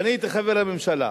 כשאני הייתי חבר בממשלה,